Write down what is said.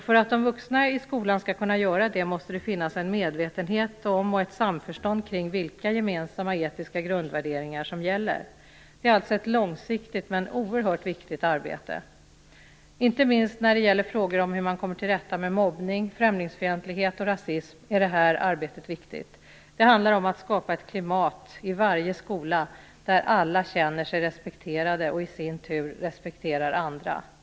För att de vuxna i skolan skall kunna göra det måste det finnas en medvetenhet om och ett samförstånd kring vilka gemensamma etiska grundvärderingar som gäller. Det är alltså ett långsiktigt men oerhört viktigt arbete, inte minst när det gäller frågor om hur man kommer till rätta med mobbning, främlingsfientlighet och rasism. Det handlar om att skapa ett klimat i varje skola där alla känner sig respekterade och i sin tur respekterar andra.